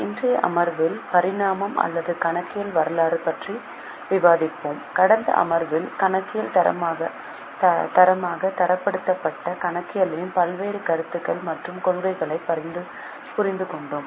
இன்றைய அமர்வில் பரிணாமம் அல்லது கணக்கியல் வரலாறு பற்றி விவாதிப்போம் கடந்த அமர்வில் கணக்கியல் தரமாக தரப்படுத்தப்பட்ட கணக்கியலின் பல்வேறு கருத்துகள் மற்றும் கொள்கைகளைப் புரிந்துகொண்டோம்